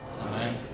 Amen